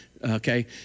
okay